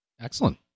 Excellent